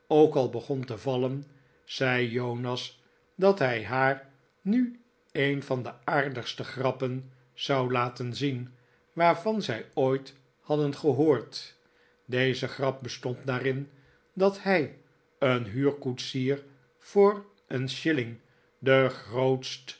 ook al begon te vallen zei jonas dat hij haar nu een van de aardigste grappen zou laten zien waarvan zij ooit hadden gehoord deze grap bestond daarin dat hij een huurkoetsier voor een shilling den